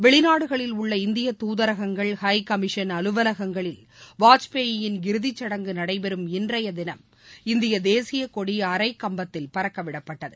வெளிநாடுகளில் உள்ள இந்திய தூதரகங்கள் ஹை கமிஷன் அலுவலகங்களில் வாஜ்பாயின் இறுதிச் சடங்கு நடைபெறும் இன்றைய தினம் இந்திய தேசியக் கொடி அரைகம்பத்தில் பறக்கவிடப்பட்டது